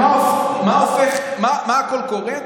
ומה הקול קורא?